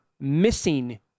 missing